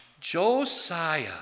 Josiah